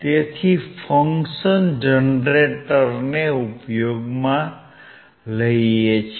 તેથી ફંક્શન જનરેટરને ઉપયોગમાં લઇએ